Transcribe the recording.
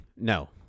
No